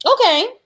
okay